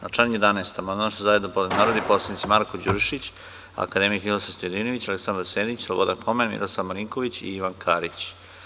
Na član 11. amandman su zajedno podneli narodni poslanici Marko Đurišić, akademik Ninoslav Stojadinović, Aleksandar Senić, Slobodan Homen, Miroslav Marinković i Ivan Karić.